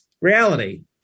reality